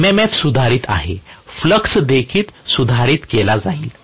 MMF सुधारित आहे flux देखील सुधारित केला जाईल